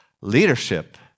Leadership